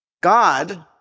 God